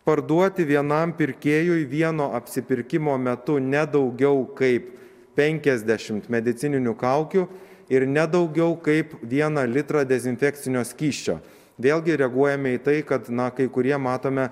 parduoti vienam pirkėjui vieno apsipirkimo metu ne daugiau kaip penkiasdešimt medicininių kaukių ir ne daugiau kaip vieną litrą dezinfekcinio skysčio vėlgi reaguojame į tai kad na kai kurie matome